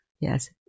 Yes